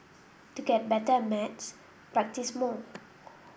to get better at maths practise more